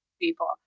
people